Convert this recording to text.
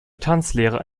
tanzlehrer